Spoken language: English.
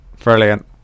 Brilliant